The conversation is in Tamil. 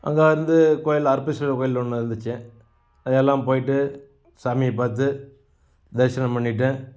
அங்கே வந்து கோயில் அறப்பளீஸ்வரர் கோயில் ஒன்று இருந்துச்சு அது எல்லாம் போய்ட்டு சாமியை பார்த்து தரிசனம் பண்ணிட்டு